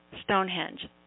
Stonehenge